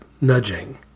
nudging